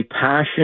passion